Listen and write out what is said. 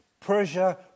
Persia